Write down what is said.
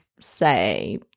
say